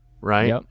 right